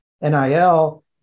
NIL